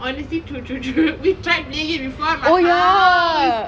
honestly true true true we tried playing it before in my house